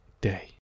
day